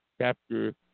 Chapter